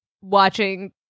watching